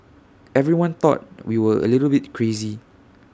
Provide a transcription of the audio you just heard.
everyone thought we were A little bit crazy